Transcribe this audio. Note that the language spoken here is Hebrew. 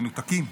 מנותקים.